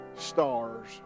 stars